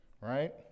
right